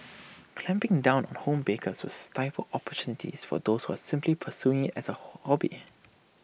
clamping down on home bakers would stifle opportunities for those who simply pursuing IT as A hobby